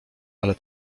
ale